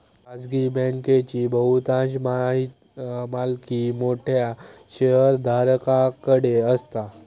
खाजगी बँकांची बहुतांश मालकी मोठ्या शेयरधारकांकडे असता